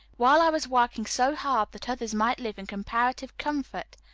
while i was working so hard that others might live in comparative comfort,